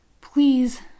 Please